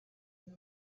and